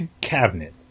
cabinet